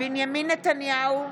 בנימין נתניהו,